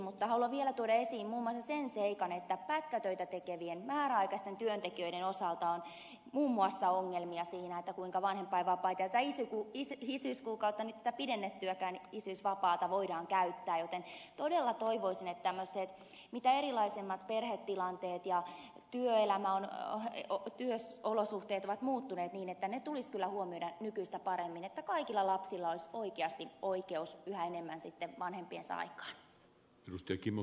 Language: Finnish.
mutta haluan vielä tuoda esiin muun muassa sen seikan että pätkätöitä tekevien määräaikaisten työntekijöiden osalta on muun muassa ongelmia siinä kuinka vanhempainvapaata ja tätä isyyskuukautta nyt tätä pidennettyäkään isyysvapaata voidaan käyttää joten todella toivoisin että tämmöiset mitä erilaisimmat perhetilanteet ja työelämä kun työolosuhteet ovat muuttuneet tulisi kyllä huomioida nykyistä paremmin niin että kaikilla lapsilla olisi oikeasti oikeus yhä enemmän sitten vanhempiensa aikaan